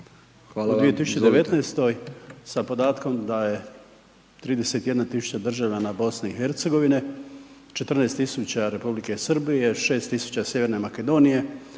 Hvala vam